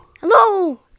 Hello